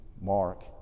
Mark